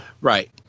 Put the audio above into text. Right